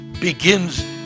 begins